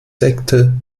sekte